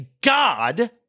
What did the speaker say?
God